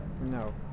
No